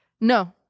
no